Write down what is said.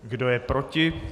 Kdo je proti?